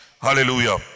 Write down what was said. Hallelujah